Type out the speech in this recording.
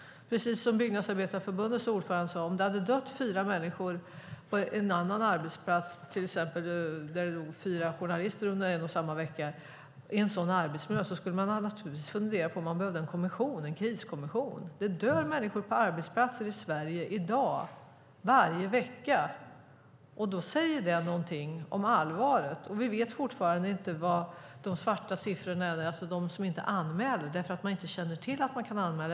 Byggnadsarbetareförbundets ordförande sade att om det hade dött fyra människor på en annan arbetsplats, till exempel där fyra journalister dog under en och samma vecka, skulle man naturligtvis fundera på om man behövde en kriskommission i denna arbetsmiljö. Det dör människor på arbetsplatser i Sverige varje vecka. Det säger någonting om allvaret. Vi vet fortfarande ingenting om de svarta siffrorna, alltså de som handlar om dem som inte anmäler eftersom de inte känner till att man kan anmäla.